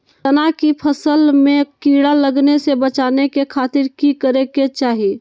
चना की फसल में कीड़ा लगने से बचाने के खातिर की करे के चाही?